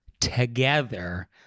Together